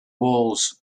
walls